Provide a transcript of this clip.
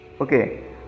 Okay